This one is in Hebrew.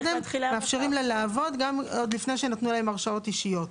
מאפשרים לה לעבוד עוד לפני שנתנו להם הרשאות אישיות.